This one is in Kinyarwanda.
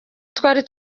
twari